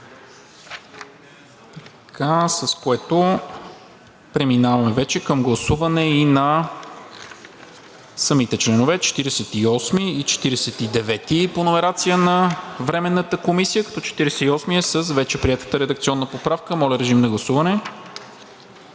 е прието. Преминаваме вече към гласуване и на самите членове 48 и 49 – по номерация на Временната комисия, като чл. 48 е с вече приетата редакционна поправка. Моля, режим на гласуване.